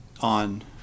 On